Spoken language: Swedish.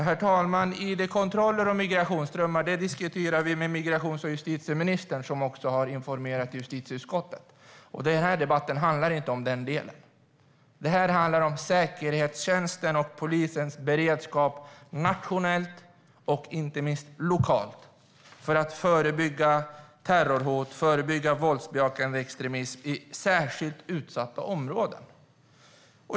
Herr talman! Id-kontroller och migrationsströmmar diskuterar vi med justitie och migrationsministern, som också har informerat justitieutskottet. Den här debatten handlar inte om den delen. Det här handlar om säkerhetstjänsten och polisens beredskap nationellt och inte minst lokalt för att förebygga terrorhot och våldsbejakande extremism i särskilt utsatta områden.